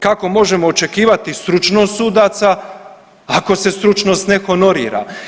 Kako možemo očekivati stručnost sudaca, ako se stručnost ne honorira?